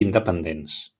independents